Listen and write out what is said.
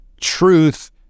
truth